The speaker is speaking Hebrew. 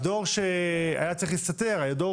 הדור שהיה צריך להסתתר, הדור